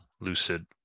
Lucid